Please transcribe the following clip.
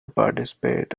participate